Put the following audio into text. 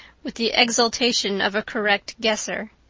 with the exultation of a correct guesser.